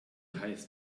heißt